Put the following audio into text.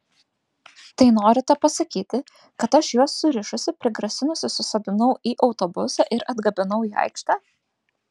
tai norite pasakyti kad aš juos surišusi prigrasinusi susodinau į autobusą ir atgabenau į aikštę